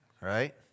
Right